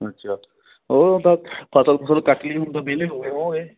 ਅੱਛਾ ਉਹ ਤਾਂ ਫਸਲ ਫੁਸਲ ਕੱਟ ਲਈ ਹੁਣ ਤਾਂ ਵਿਹਲੇ ਹੋ ਗਏ ਹੋਵੋਗੇ